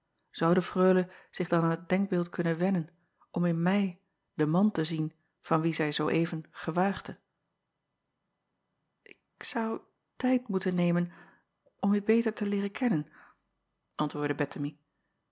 zou de reule zich dan aan het denkbeeld kunnen wennen om in mij den man te zien van wien zij zoo even gewaagde k zou tijd moeten nemen om u beter te leeren kennen antwoordde